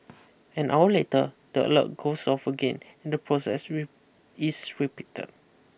an hour later the alert goes off again and the process is repeated